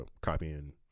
copying